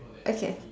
okay